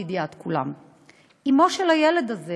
לידיעת כולם: אמו של הילד הזה